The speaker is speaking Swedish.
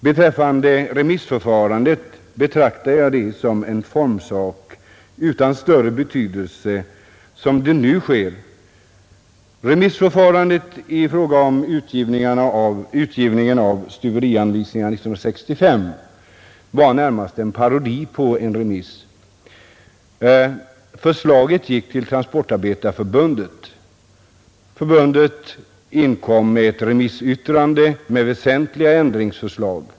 Som remissförfarandet nu är utformat betraktar jag det som en formsak utan större betydelse. Remissförfarandet i samband med utgivningen av stuverianvisningarna 1965 var närmast en parodi på en remiss. Förslaget gick till Transportarbetareförbundet. Förbundet inlämnade ett remissyttrande med väsentliga ändringsförslag.